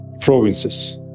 provinces